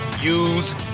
Use